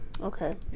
Okay